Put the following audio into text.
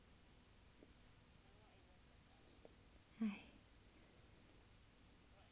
!hais!